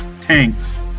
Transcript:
tanks